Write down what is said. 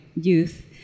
youth